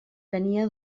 tenia